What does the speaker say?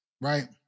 right